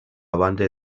banda